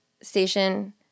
station